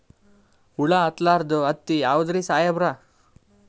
ಹುಳ ಹತ್ತಲಾರ್ದ ಹತ್ತಿ ಯಾವುದ್ರಿ ಸಾಹೇಬರ?